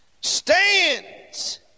stands